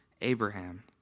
Abraham